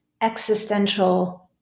existential